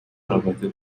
رابطه